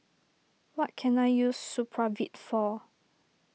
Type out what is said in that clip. what can I use Supravit for